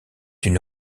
une